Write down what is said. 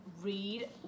read